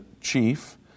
Chief